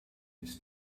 his